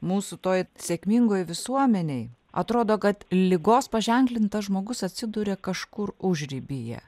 mūsų toj sėkmingoj visuomenėj atrodo kad ligos paženklintas žmogus atsiduria kažkur užribyje